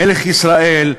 מלך ישראל,